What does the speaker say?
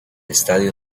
estadio